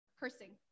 cursing